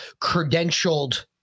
credentialed